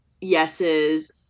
yeses